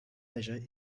leisure